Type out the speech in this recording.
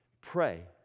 Pray